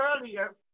earlier